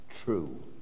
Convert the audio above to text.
True